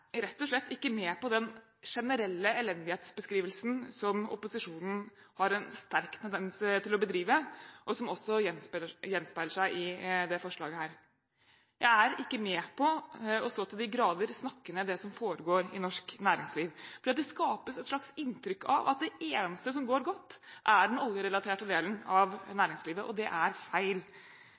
rett og slett ikke med på den generelle elendighetsbeskrivelsen som opposisjonen har en sterk tendens til å bedrive, og som også gjenspeiler seg i dette forslaget. Jeg er ikke med på så til de grader å snakke ned det som foregår i norsk næringsliv. Det skapes et slags inntrykk av at det eneste som går godt, er den oljerelaterte delen av næringslivet. Det er feil.